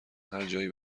هرجایی